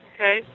Okay